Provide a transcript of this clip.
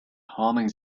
humming